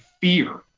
fear